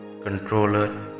controller